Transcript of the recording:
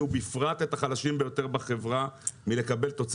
גם כשיש